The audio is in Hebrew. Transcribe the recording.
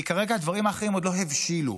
כי הדברים האחרים עוד לא הבשילו.